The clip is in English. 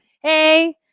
hey